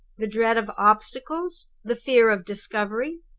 the dread of obstacles? the fear of discovery?